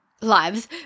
lives